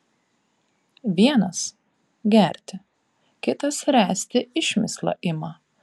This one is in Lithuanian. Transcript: vienas gerti kitas ręsti išmislą ima